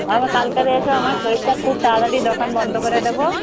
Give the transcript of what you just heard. আম আমি কালকে এসো আমার শরীরটা খুব তাড়াতাড়ি দোকান বন্ধ করে দেবো